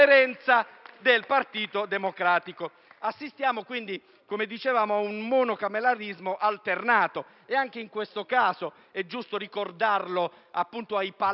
del Partito Democratico. Assistiamo - come dicevamo - a un monocameralismo alternato e anche in questo caso è giusto ricordare ai paladini